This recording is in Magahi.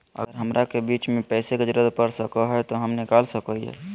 अगर हमरा बीच में पैसे का जरूरत पड़ जयते तो हम निकल सको हीये